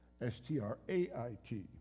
S-T-R-A-I-T